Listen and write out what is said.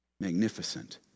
Magnificent